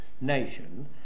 nation